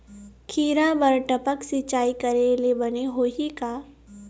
खिरा बर टपक सिचाई करे ले बने होही का?